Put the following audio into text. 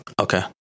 Okay